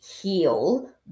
heal